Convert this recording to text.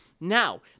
Now